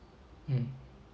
mm